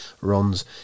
runs